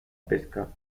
pesca